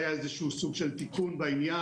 היה איזשהו סוג בעניין.